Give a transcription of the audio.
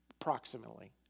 approximately